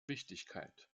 wichtigkeit